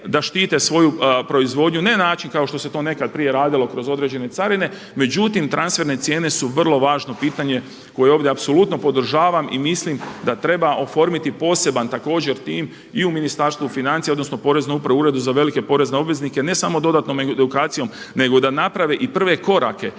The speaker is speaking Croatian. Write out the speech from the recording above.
da štite svoju proizvodnju. Ne na način kao što se to nekad prije radilo kroz određene carine. Međutim, transferne cijene su vrlo važno pitanje koje ovdje apsolutno podržavam i mislim da treba oformiti poseban također tim i u Ministarstvu financija, odnosno Poreznoj upravi Uredu za velike porezne obveznike ne samo dodatnom edukacijom, nego da naprave i prve korake